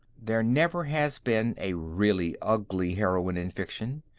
there never has been a really ugly heroine in fiction.